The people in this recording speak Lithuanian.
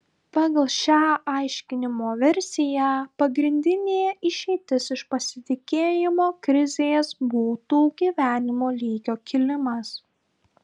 pagal šią aiškinimo versiją pagrindinė išeitis iš pasitikėjimo krizės būtų gyvenimo lygio kilimas